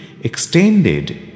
extended